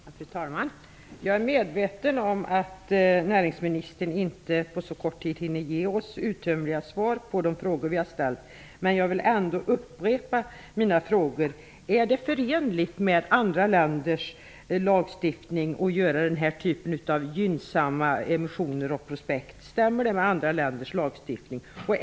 Fru talman! Jag är medveten om att näringsministern inte på så kort taletid hinner ge oss uttömliga svar på de frågor vi har ställt. Men jag vill ändå upprepa mina frågor. Är det förenligt med andra länders lagstiftning att göra denna typ av gynsamma emissioner och prospekt? Stämmer det med andra länders lagstiftning?